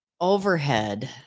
overhead